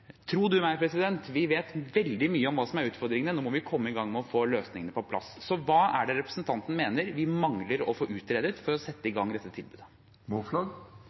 Tro meg, vi vet veldig mye om hva som er utfordringene. Nå må vi komme i gang med å få løsningene på plass. Hva er det representanten mener vi mangler å få utredet, for å kunne sette i gang dette tilbudet?